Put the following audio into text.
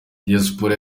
diyasipora